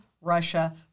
Russia